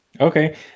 Okay